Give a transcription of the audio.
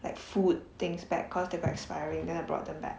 like food things back because there were expiring then I brought them back